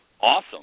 awesome